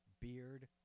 beard